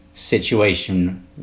situation